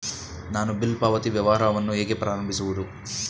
ನಾನು ಬಿಲ್ ಪಾವತಿ ವ್ಯವಹಾರವನ್ನು ಹೇಗೆ ಪ್ರಾರಂಭಿಸುವುದು?